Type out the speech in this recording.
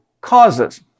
causes